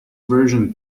version